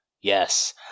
yes